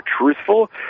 truthful